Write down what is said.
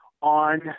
on